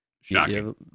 Shocking